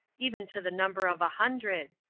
even to the number of a hundred,